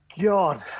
God